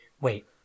wait